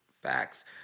Facts